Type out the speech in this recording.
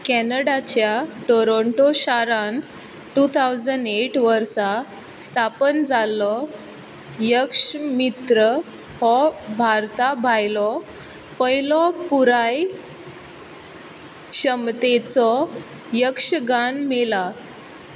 कॅनडाच्या Toronto शारांत two thousand eight वर्सा स्थापन जाल्लो यक्षमित्र हो भारता भायलो पयलो पुराय क्षमतेचो यक्षगान मेला